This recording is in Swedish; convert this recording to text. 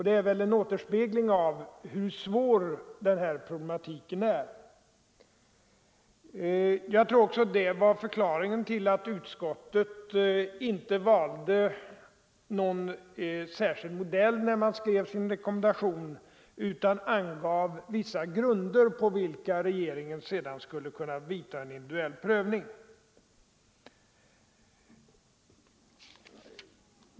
Det är väl en återspegling av hur svår denna problematik är. Jag tror också att det var förklaringen till att utredningen inte valde någon särskild modell när man utarbetade sin rekommendation utan angav vissa grunder, på vilka regeringen skulle kunna företa en individuell prövning.